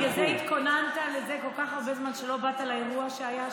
בגלל זה התכוננת לזה כל כך הרבה זמן שלא באת לאירוע שהיה,